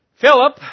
Philip